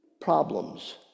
problems